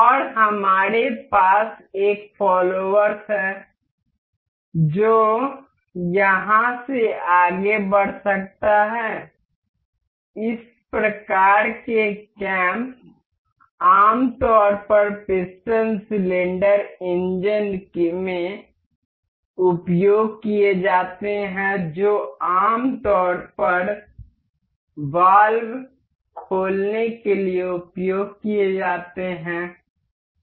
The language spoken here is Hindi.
और हमारे पास एक फॉलोवर्स है जो यहां से आगे बढ़ सकता है इस प्रकार के कैंप आमतौर पर पिस्टन सिलेंडर इंजन में उपयोग किए जाते हैं जो आमतौर पर वाल्व खोलने के लिए उपयोग किए जाते हैं